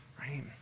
right